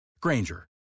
Granger